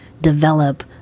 develop